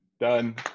Done